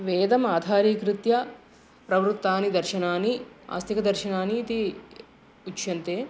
वेदम् आधारीकृत्य प्रवृत्तानि दर्शनानि आस्तिकदर्शनानि इति उच्यन्ते